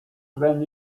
than